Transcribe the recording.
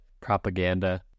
propaganda